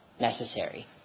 necessary